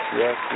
yes